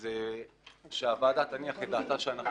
אז שתנוח דעת הוועדה שאנחנו